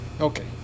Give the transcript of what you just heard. Okay